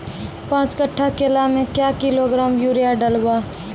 पाँच कट्ठा केला मे क्या किलोग्राम यूरिया डलवा?